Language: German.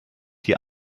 die